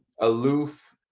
aloof